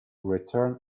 return